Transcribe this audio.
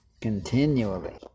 continually